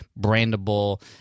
brandable